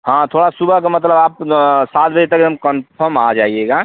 हाँ थोड़ा सुबह का मतलब आप सात बजे तक एकदम कंफम आ जाइएगा